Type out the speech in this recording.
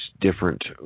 different